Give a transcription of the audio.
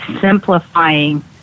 simplifying –